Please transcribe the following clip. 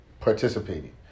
participating